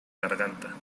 garganta